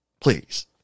please